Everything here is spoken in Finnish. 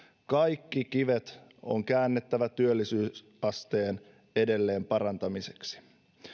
kaikki kivet on käännettävä työllisyysasteen edelleen parantamiseksi